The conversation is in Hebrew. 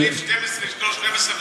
הוא החליף 12 בתי-ספר.